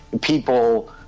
people